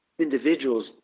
individuals